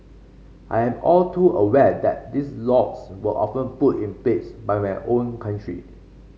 I am all too aware that these laws were often put in place by my own country